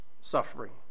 suffering